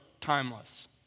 timeless